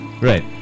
right